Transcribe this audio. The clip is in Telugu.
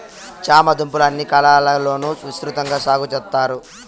చామ దుంపలు అన్ని కాలాల లోనూ విసృతంగా సాగు చెత్తారు